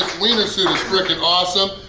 wiener suit is freaking awesome!